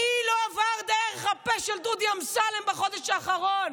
מי לא עבר דרך הפה של דודי אמסלם בחודש האחרון?